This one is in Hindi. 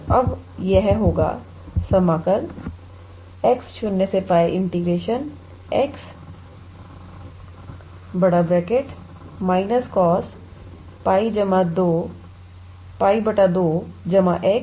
तो अब यह होगा समाकल x0𝜋 𝑥− cos 𝜋 2 𝑥 cos 𝑥𝑑𝑥